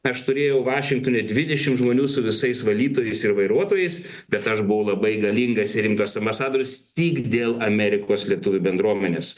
aš turėjau vašingtone dvidešim žmonių su visais valytojais ir vairuotojais bet aš buvau labai galingas rimtas ambasadorius tik dėl amerikos lietuvių bendruomenės